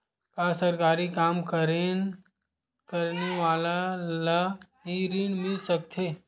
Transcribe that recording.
का सरकारी काम करने वाले ल हि ऋण मिल सकथे?